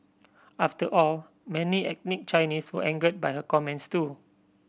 after all many ethnic Chinese were angered by her comments too